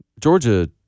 Georgia